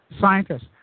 scientists